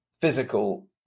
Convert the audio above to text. physical